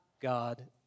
God